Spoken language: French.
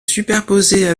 superposer